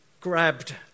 grabbed